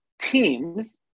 teams